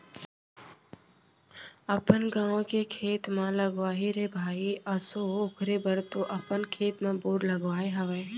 अपन गाँवे के खेत म लगाही रे भई आसो ओखरे बर तो अपन खेत म बोर करवाय हवय